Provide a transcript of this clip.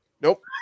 Nope